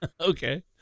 Okay